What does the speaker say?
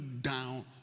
down